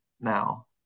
now